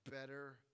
better